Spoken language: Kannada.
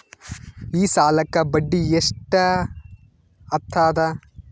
ಈ ಸಾಲಕ್ಕ ಬಡ್ಡಿ ಎಷ್ಟ ಹತ್ತದ?